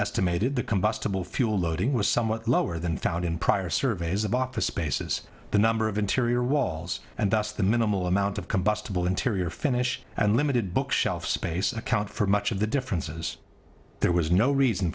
estimated the combustible fuel loading was somewhat lower than found in prior surveys the bop the spaces the number of interior walls and thus the minimal amount of combustible interior finish and limited bookshelf space account for much of the differences there was no reason